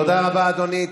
תודה רבה, אדוני.